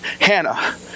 Hannah